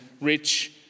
rich